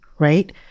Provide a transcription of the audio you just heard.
Right